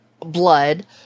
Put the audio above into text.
blood